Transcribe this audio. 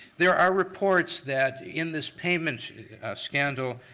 there are reports that in this payment scandal,